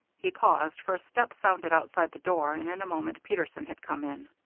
he paused, for a step sounded outside the door and in a moment peterson had come in.